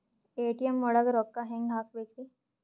ATM ಒಳಗ್ ರೊಕ್ಕ ಹೆಂಗ್ ಹ್ಹಾಕ್ಬೇಕ್ರಿ?